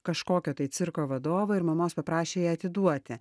kažkokio tai cirko vadovai ir mamos paprašė ją atiduoti